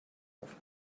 auf